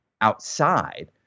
outside